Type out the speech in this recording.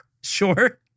Sure